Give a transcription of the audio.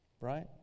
right